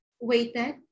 waited